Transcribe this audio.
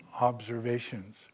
observations